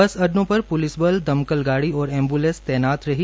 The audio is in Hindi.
बस अड्डो पर प्लिस बल दमकल गाड़ी और एम्ब्लैंस तैनात रही